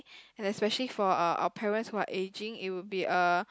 especially for our parents who are aging it will be a